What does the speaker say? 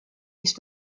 ist